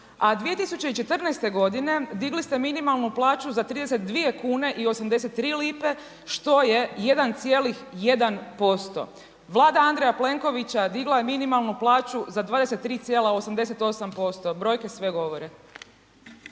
a 2014. godine digli ste minimalnu plaću za 32,83 kuna što je 1,1%. Vlada Andreja Plenkovića digla je minimalnu plaću za 23,88%, brojke sve govore.